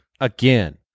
again